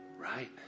Right